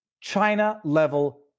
China-level